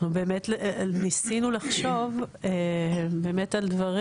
אנחנו באמת ניסינו לחשוב באמת על דברים.